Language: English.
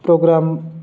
program